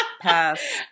Pass